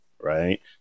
right